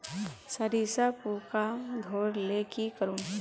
सरिसा पूका धोर ले की करूम?